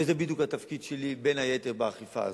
וזה בדיוק התפקיד שלי, בין היתר, באכיפה הזאת,